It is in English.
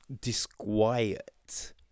disquiet